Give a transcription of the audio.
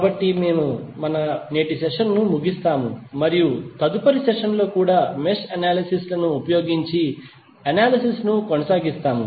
కాబట్టి దీనితో మేము మన నేటి సెషన్ను ముగిస్తాము మరియు తదుపరి సెషన్లో కూడా మెష్ అనాలసిస్ ను ఉపయోగించి అనాలిసిస్ ను కొనసాగిస్తాము